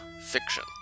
fiction